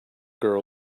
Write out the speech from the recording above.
girl